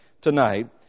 tonight